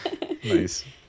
Nice